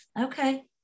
okay